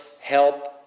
help